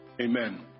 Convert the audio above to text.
Amen